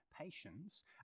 patience